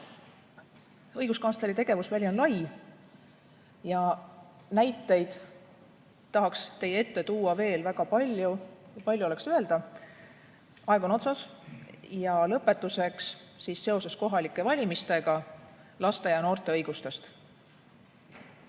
Õiguskantsleri tegevusväli on lai ja näiteid tahaks teie ette tuua veel väga palju. Palju oleks öelda, aga aeg on otsas. Lõpetuseks seoses kohalike valimistega laste ja noorte õigustest.